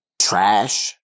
trash